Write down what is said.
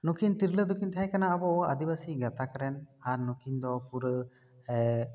ᱱᱩᱠᱤᱱ ᱛᱤᱨᱞᱟᱹ ᱫᱚᱠᱤᱱ ᱛᱟᱦᱮᱸ ᱠᱟᱱᱟ ᱟᱵᱚ ᱟᱹᱫᱤᱵᱟᱹᱥᱤ ᱜᱟᱛᱟᱠ ᱨᱮᱱ ᱟᱨ ᱱᱩᱠᱤᱱ ᱫᱚ ᱯᱩᱨᱟᱹ